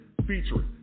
Featuring